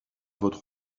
votre